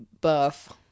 buff